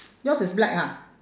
yours is black ha